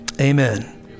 Amen